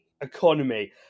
economy